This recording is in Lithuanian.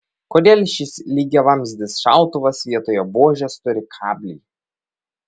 kodėl šis lygiavamzdis šautuvas vietoje buožės turi kablį